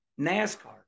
NASCAR